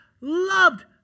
loved